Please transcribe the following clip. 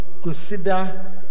Consider